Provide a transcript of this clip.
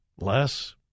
Less